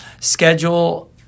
schedule